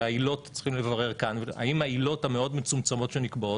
שהעילות צריכים לברר כאן והאם העילות המאוד מצומצמות שנקבעות,